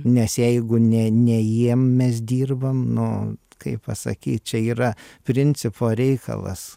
nes jeigu ne ne jiem mes dirbam nu kaip pasakei čia yra principo reikalas